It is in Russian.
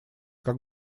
как